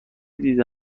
دیده